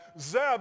Zeb